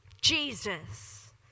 Jesus